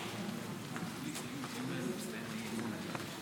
(מחיאות כפיים)